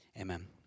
Amen